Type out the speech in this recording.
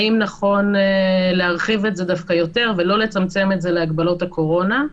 האם נכון להרחיב את זה דווקא יותר ולא לצמצם את זה להגבלות הקורונה?